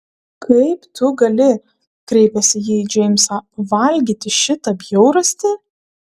kaip tu gali kreipėsi ji į džeimsą valgyti šitą bjaurastį